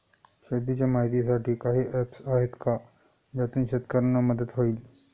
शेतीचे माहितीसाठी काही ऍप्स आहेत का ज्यातून शेतकऱ्यांना मदत होईल?